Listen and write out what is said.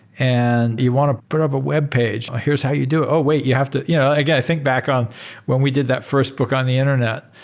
and you want to put up a webpage? here's how you do it. oh, wait. you have to yeah again. back on when we did that first book on the internet,